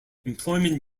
employment